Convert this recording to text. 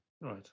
Right